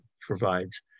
provides